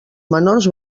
menors